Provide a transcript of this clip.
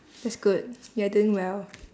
that's good you're doing well